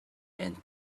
and